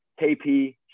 KP